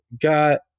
got